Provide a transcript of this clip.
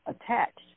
attached